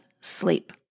sleep